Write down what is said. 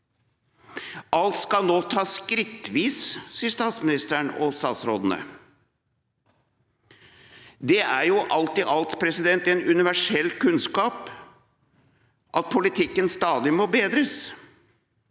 Alt skal nå tas skrittvis, sier statsministeren og statsrådene. Det er jo alt i alt en universell kunnskap at politikken stadig må bedres.